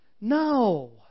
No